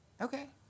Okay